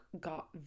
got